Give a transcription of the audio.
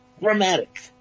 Dramatic